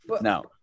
No